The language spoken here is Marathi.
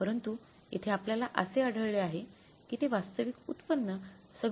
परंतु येथे आपल्याला असे आढळले आहे की ते वास्तविक उत्पन्न 26